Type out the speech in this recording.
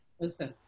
listen